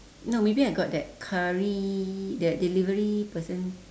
no maybe I got that curry that delivery person